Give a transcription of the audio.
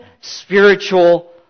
spiritual